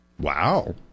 Wow